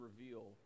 reveal